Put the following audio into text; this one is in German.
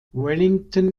wellington